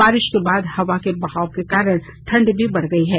बारिश के बाद हवा के बहाव के कारण ठंड भी बढ़ गई है